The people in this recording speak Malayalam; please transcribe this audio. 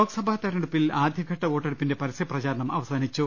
ലോക്സഭ തെരഞ്ഞെടുപ്പിൽ ആദ്യഘട്ട വോട്ടെടുപ്പിന്റെ പരസ്യ പ്രചാ രണം അവസാനിച്ചു